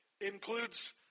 Includes